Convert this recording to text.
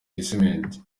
gisimenti